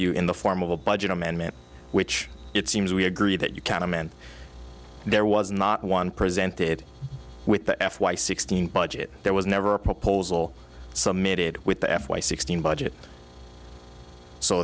you in the form of a budget amendment which it seems we agree that you can amend and there was not one presented with the f y sixteen budget there was never a proposal summited with the f y sixteen budget so